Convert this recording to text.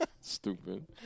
Stupid